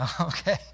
Okay